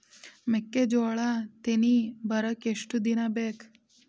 ಮೆಕ್ಕೆಜೋಳಾ ತೆನಿ ಬರಾಕ್ ಎಷ್ಟ ದಿನ ಬೇಕ್?